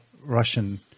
Russian